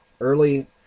early